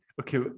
okay